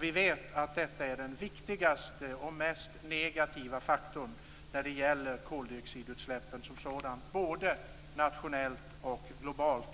Vi vet att detta är den viktigaste och mest negativa faktorn när det gäller koldioxidutsläppen som sådana, både nationellt och globalt.